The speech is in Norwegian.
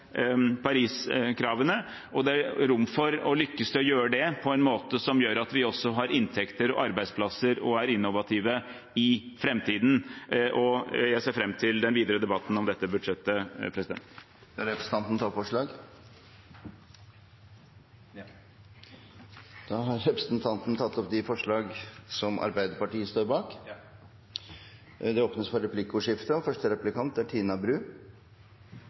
og det er rom for å lykkes i å gjøre det på en måte som gjør at vi også har inntekter og arbeidsplasser og er innovative i framtiden. Jeg ser fram til den videre debatten om dette budsjettet. Skal representanten Barth Eide ta opp forslag? Ja. Representanten Espen Barth Eide har tatt opp det forslaget Arbeiderpartiet er alene om, og det forslaget Arbeiderpartiet har sammen med SV og